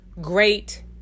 great